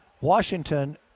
Washington